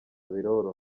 biroroha